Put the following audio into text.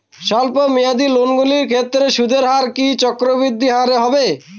স্বল্প মেয়াদী লোনগুলির ক্ষেত্রে সুদের হার কি চক্রবৃদ্ধি হারে হবে?